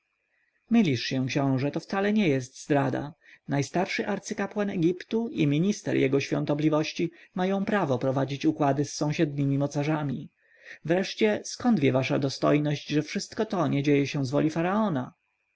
mylisz się książę to wcale nie jest zdrada najstarszy arcykapłan egiptu i minister jego świątobliwości mają prawo prowadzić układy z sąsiednimi mocarzami wreszcie skąd wie wasza dostojność że wszystko to nie dzieje się z woli faraona